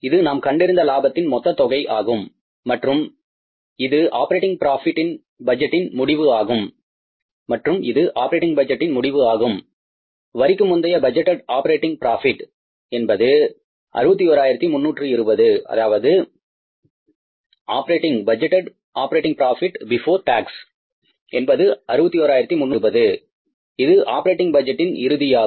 இது நாம் கண்டறிந்த லாபத்தின் மொத்த தொகை ஆகும் மற்றும் இது ஆப்ரேட்டிங் பட்ஜெட்டின் முடிவு ஆகும் வரிக்கு முந்தைய பட்ஜெட்டேட் ஆப்பரேட்டிங் ப்ராபிட் என்பது 61320 இது ஆப்ரேட்டிங் பட்ஜெட்டின் முடிவு ஆகும்